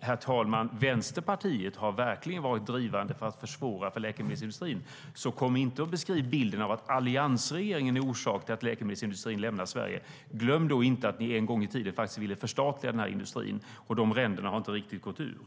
Herr talman! Vänsterpartiet har verkligen varit drivande i att försvåra för läkemedelsindustrin. Kom inte och beskriv bilden av att alliansregeringen är orsak till att läkemedelsindustrin lämnade Sverige. Glöm inte att ni en gång i tiden ville förstatliga denna industri. De ränderna har inte riktigt gått ur.